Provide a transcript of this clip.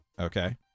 Okay